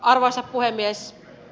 arvoisa puhemies